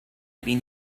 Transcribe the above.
been